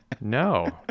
No